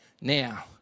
now